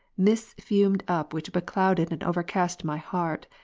mists fumedup which becloudedand overcastmy heart,